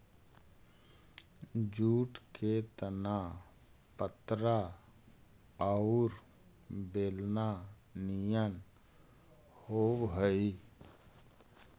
jute के तना पतरा औउर बेलना निअन होवऽ हई